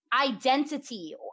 identity